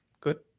Good